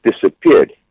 disappeared